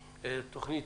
תוכנית,